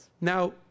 Now